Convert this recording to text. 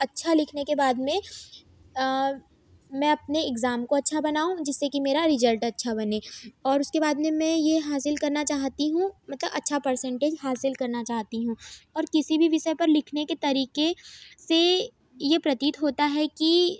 अच्छा लिखने के बाद में मैं अपने एग्ज़ाम को अच्छा बनाऊँ जिससे कि मेरा रिजल्ट अच्छा बने और उसके बाद में मैं ये हासिल करना चाहती हूँ मतलब अच्छा पर्सेंटेज हासिल करना चाहती हूँ और किसी भी विषय पर लिखने के तरीके से ये प्रतीत होता है कि